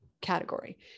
category